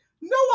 no